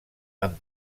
amb